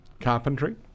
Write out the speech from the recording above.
carpentry